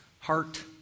Heart